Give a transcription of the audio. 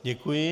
Děkuji.